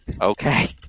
Okay